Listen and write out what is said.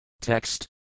Text